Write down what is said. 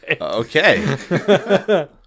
Okay